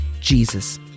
Jesus